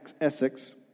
Essex